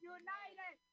united